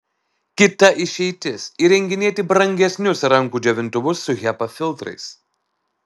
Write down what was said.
kita išeitis įrenginėti brangesnius rankų džiovintuvus su hepa filtrais